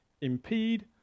impede